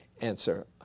answer